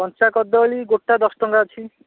କଞ୍ଚା କଦଳୀ ଗୋଟା ଦଶ ଟଙ୍କା ଅଛି